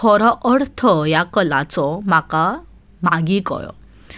खरो अर्थ ह्या कलाचो म्हाका मागीर कळ्ळो